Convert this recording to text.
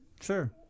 Sure